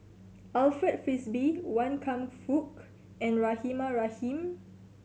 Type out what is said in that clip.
Alfred Frisby Wan Kam Fook and Rahimah Rahim